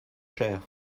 cher